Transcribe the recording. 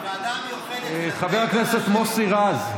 הוועדה המיוחדת, חבר הכנסת מוסי רז.